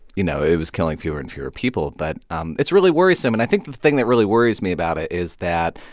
you know, it was killing fewer and fewer people. but um it's really worrisome. and i think the thing that really worries me about it is that,